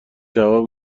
جواب